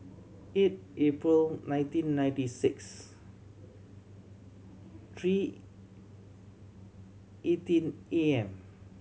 eight April nineteen ninety six three eighteen A M